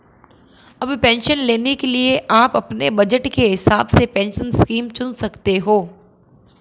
अब पेंशन लेने के लिए आप अपने बज़ट के हिसाब से पेंशन स्कीम चुन सकते हो